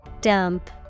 Dump